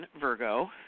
Virgo